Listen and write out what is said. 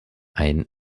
ein